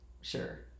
Sure